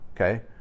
okay